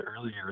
earlier